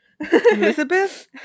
Elizabeth